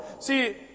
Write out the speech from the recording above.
See